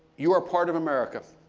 you are part of america